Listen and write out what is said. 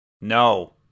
No